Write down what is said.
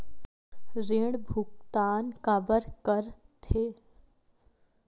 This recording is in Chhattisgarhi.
ऋण भुक्तान काबर कर थे?